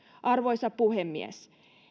arvoisa puhemies